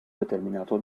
determinato